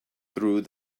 through